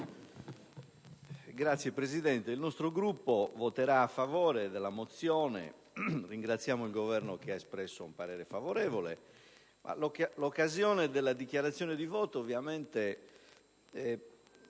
Signor Presidente, il nostro Gruppo voterà a favore della mozione. Ringraziamo il Governo per aver espresso parere favorevole. L'occasione della dichiarazione di voto ovviamente